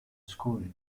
school